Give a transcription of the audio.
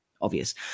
obvious